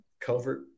Covert